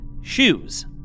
shoes